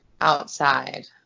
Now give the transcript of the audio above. outside